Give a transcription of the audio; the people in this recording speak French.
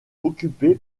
occupé